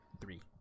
Three